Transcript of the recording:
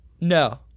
no